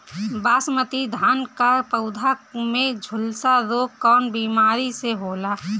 बासमती धान क पौधा में झुलसा रोग कौन बिमारी से होला?